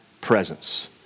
presence